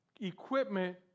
equipment